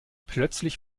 plötzlich